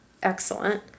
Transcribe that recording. excellent